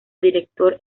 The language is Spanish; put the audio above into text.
director